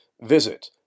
Visit